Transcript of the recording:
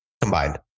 combined